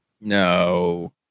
No